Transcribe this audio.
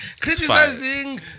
criticizing